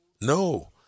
No